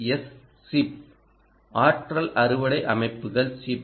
S chip ஆற்றல் அறுவடை அமைப்புகள் சிப்